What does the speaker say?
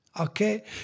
Okay